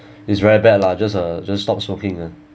it's very bad lah just uh just stop smoking ah